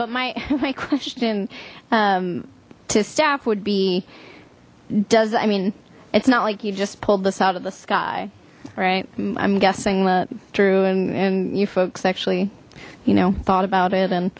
but my question to staff would be does i mean it's not like you just pulled this out of the sky right i'm guessing that true and and you folks actually you know thought about it and